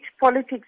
politics